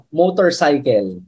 motorcycle